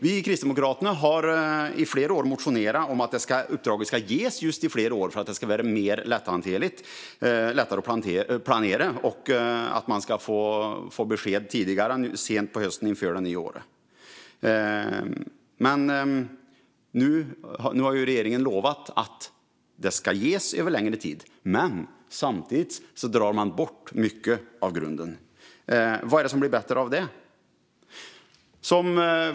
Vi i Kristdemokraterna har i flera år motionerat om att uppdraget ska ges just i flera år för att det ska vara mer lätthanterligt och lättare att planera och att man ska få besked tidigare än sent på hösten inför det nya året. Nu har regeringen lovat att det ska ges över längre tid. Men samtidigt drar man bort mycket av grunden. Vad är det som blir bättre av det?